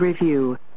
review